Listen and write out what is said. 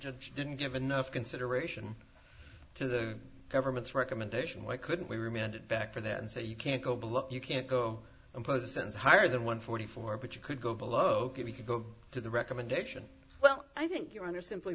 judge didn't have enough consideration to the government's recommendation why couldn't we were amended back for that and say you can't go below you can't go and present higher than one forty four but you could go below we could go to the recommendation well i think your honor simply